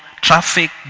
traffic